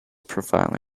profiling